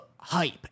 hype